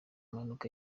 impanuka